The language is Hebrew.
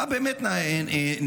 מה באמת נעשה,